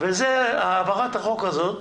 העברת החוק הזו,